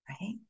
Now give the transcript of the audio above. right